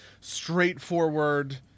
straightforward